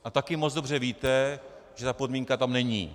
A taky moc dobře víte, že ta podmínka tam není.